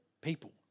people